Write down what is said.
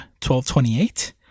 1228